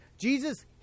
Jesus